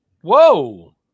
Whoa